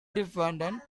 dependent